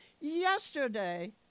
yesterday